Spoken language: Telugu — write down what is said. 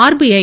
ఆర్బీఐ